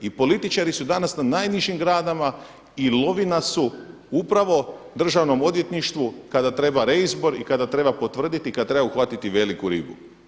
I političari su danas na najnižim granama i lovina su upravo državnom odvjetništvu kada treba reizbor i kada treba potvrditi i kada treba uhvatiti veliku ribu.